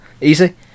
Easy